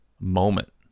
moment